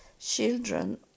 children